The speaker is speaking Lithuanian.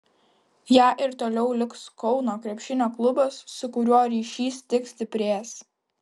ja ir toliau liks kauno krepšinio klubas su kuriuo ryšys tik stiprės